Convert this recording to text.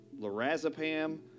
lorazepam